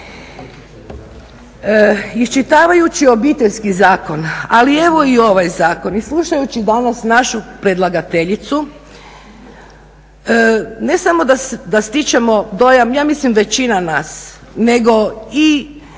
iščitavajući Obiteljski zakon, ali evo i ovaj zakon, i slušajući danas našu predlagateljicu ne samo da stječemo dojam, ja mislim većina nas, nego i